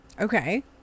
Okay